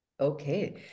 Okay